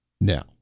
Now